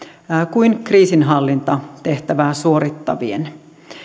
kuin kriisinhallintatehtävää suorittavien